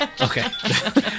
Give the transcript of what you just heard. Okay